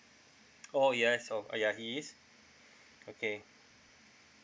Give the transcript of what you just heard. oh yes oh uh ya he is okay